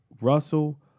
Russell